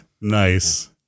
Nice